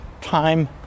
time